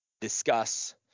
discuss